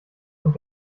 und